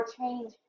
change